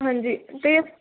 ਹਾਂਜੀ ਅਤੇ